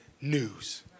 news